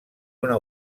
una